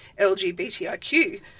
LGBTIQ